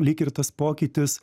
lyg ir tas pokytis